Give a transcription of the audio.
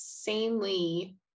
insanely